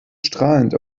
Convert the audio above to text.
strahlend